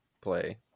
play